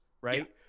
right